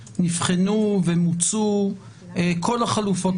האם מבחינתכם נבחנו ומוצו כל החלופות